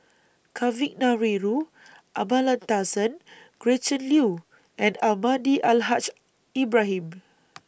Kavignareru Amallathasan Gretchen Liu and Almahdi Al Haj Ibrahim